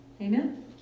Amen